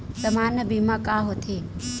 सामान्य बीमा का होथे?